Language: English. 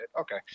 Okay